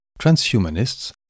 transhumanists